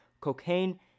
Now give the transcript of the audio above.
Cocaine